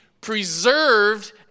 preserved